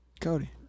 Cody